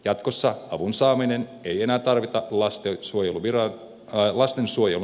jatkossa avun saamiseen ei enää tarvita lastensuojelun asiakkuutta